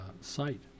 site